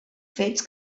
fets